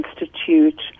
institute